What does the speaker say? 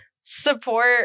support